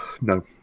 No